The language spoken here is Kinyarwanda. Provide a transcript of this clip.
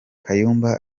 kayumba